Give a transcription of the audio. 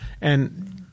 And-